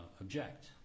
object